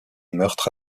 meurtre